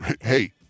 hey